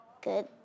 good